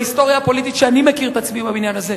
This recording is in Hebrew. בהיסטוריה הפוליטית שאני מכיר את עצמי בה בבניין הזה,